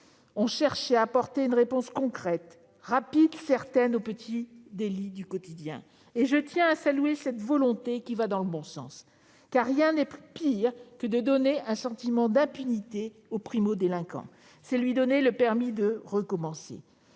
ont cherché à apporter une réponse concrète, rapide et certaine aux petits délits du quotidien. Je tiens à saluer cette volonté qui va dans le bon sens, car rien n'est pire que de donner un sentiment d'impunité à un primo-délinquant : c'est lui donner le permis de recommencer.